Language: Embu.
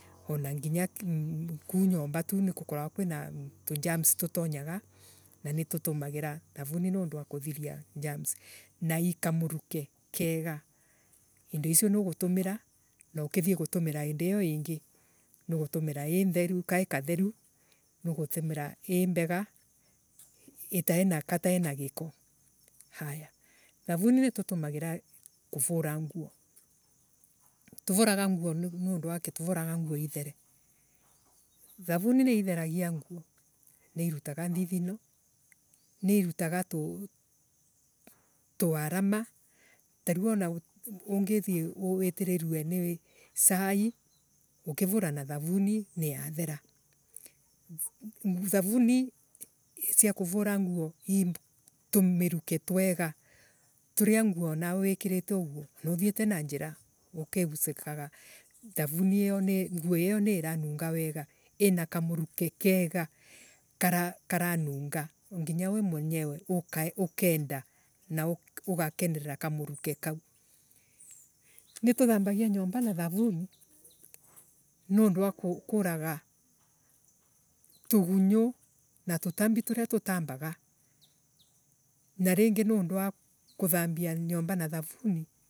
Ona nginya kuu nyomba tu nigu korogwa twira tu. gems tutanyaga na riitutumagire thavuni niundu wo kuthiria germs. Na ii tomuruke kega indo isio nugutumiira no ukithie kutumira indo iyoingii ni ugutumiira ii ntheru takantheru niugutumira ii mbega itaena kataena giiko. haya Thavuni nituttumagira kuvura nguo. Tuvuraga nguo niundu wakii Tuvuraga nguo ithere. Thavuni ni itheragia nguo. Ni irutaga nthithino ni irutaga tu araina tariuana ungithie withiirirue ni cai. Ungivura na thavuni ni ya thera thavuni cia kuvura nguo ii tumiruke twega tuiia nguo anawe wikirite uguo kana uthieta na njira ukegucekaga thavuni iyo ni nguo iyo ni iranunga wega ina kamuruke kega kara karanunga nginya wo mwenyewe ukenda ugakenera kamuruke kau nitathambagia nyomba na thavuni nondu wa kuvaga tugunyu na tutambi turia tutambaga na ringi nondu wa kuthambia nyomba na thavuni.